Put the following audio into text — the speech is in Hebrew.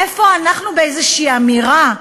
איפה אנחנו באיזו אמירה?